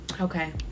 okay